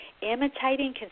Imitating